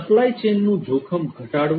supply ચેઇનનું જોખમ ઘટાડવું